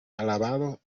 alabado